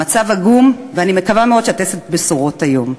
המצב עגום, ואני מקווה מאוד שאת אשת בשורות היום.